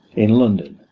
in london,